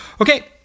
Okay